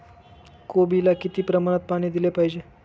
कोबीला किती प्रमाणात पाणी दिले पाहिजे?